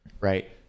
right